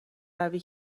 روی